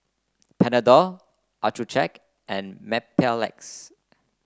Panadol Accucheck and Mepilex